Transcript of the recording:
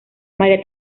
maría